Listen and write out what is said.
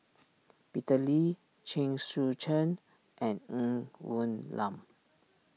Peter Lee Chen Sucheng and Ng Woon Lam